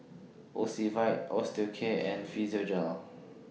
Ocuvite Osteocare and Physiogel